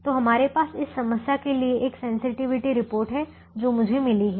तो हमारे पास इस समस्या के लिए एक सेंसटिविटी रिपोर्ट है जो मुझे मिली है